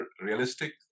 realistic